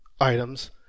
items